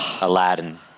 Aladdin